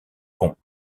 ponts